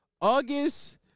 August